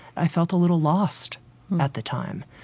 i felt a little lost at the time,